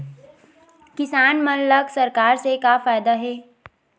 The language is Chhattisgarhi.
किसान मन ला सरकार से का फ़ायदा हे?